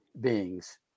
beings